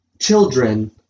children